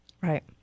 Right